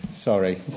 Sorry